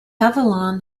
avalon